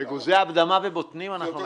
אגוזי אדמה ובוטנים,